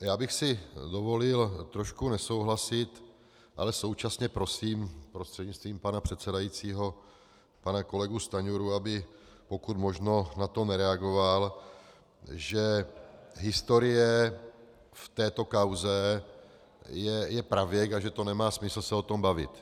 Já bych si dovolil trošku nesouhlasit, ale současně prosím prostřednictvím pana předsedajícího pana kolegu Stanjuru, aby pokud možno na to nereagoval , že historie v této kauze je pravěk a že nemá smysl se o tom bavit.